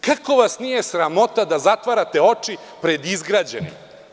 Kako vas nije sramote da zatvarate oči pred izgrađenim?